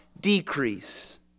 decrease